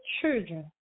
children